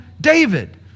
David